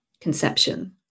conception